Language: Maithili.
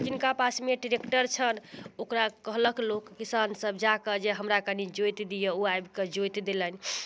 जिनका पासमे ट्रैक्टर छनि ओकरा कहलक लोक किसान सभ जाकऽ जे हमरा कनि जोइत दियऽ ओ आबिकऽ जोइत देलनि